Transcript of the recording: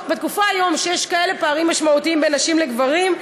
בתקופה שיש פערים כאלה משמעותיים בין נשים לגברים,